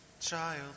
child